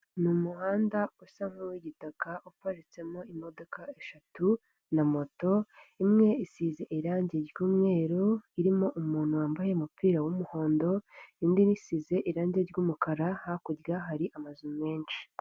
Ni umuhanda usa nk'uwigitaka uparitsemo imodoka eshatu na moto imwe isize irangi ry'umweru irimo umuntu wambaye umupira w'umuhondo, indi yo isize irangi ry'umukara, hakurya hari amazu menshi.